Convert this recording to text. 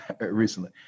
recently